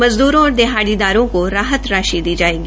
मज़दूरों और दिहाड़ीदारों को राहत राशि दी जायेगी